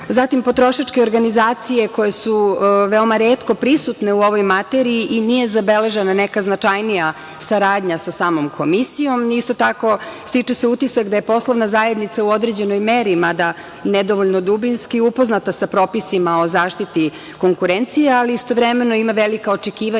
Zatim, potrošačke organizacije koje su veoma retko prisutne u ovoj materiji i nije zabeležena neka značajnija saradnja sa samom Komisijom. Isto tako, stiče se utisak da je poslovna zajednica u određenoj meri, mada nedovoljno dubinski, upoznata sa propisima o zaštiti konkurencije, ali istovremeno ima velika očekivanja